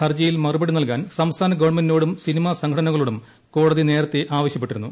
ഹർജിയിൽ മറുപടി നൽകാൻ സംസ്ഥാന ഗവൺമെന്റിനോടും സിനിമാ സംഘടനകളോടും കോടതി നേരത്തെ ആവശ്യപ്പെട്ടിരുന്ന